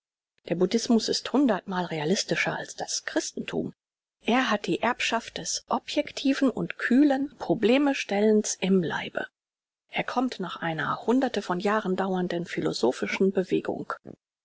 der buddhismus ist hundertmal realistischer als das christenthum er hat die erbschaft des objektiven und kühlen probleme stellens im leibe er kommt nach einer hunderte von jahren dauernden philosophischen bewegung